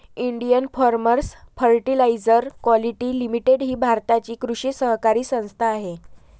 Indian farmers fertiliser quality limited ही भारताची कृषी सहकारी संस्था आहे